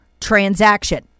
transaction